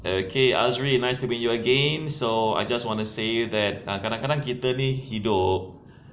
okay azri nice to meet you again so I just wanna say that kadang-kadang kita ni hidup